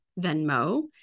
Venmo